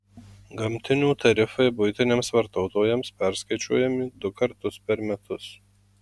gamtinių tarifai buitiniams vartotojams perskaičiuojami du kartus per metus